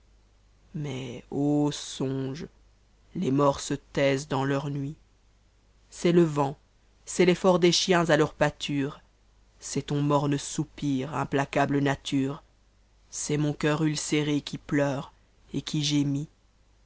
mais ô songe les morts se ta sent dans leur nuit c'est le vent c'est i'ecort des chiens à leur ptare c'est ton morne sonpir tmptacab e naturel c'est mon cœur niceré qui pleure et qui gémit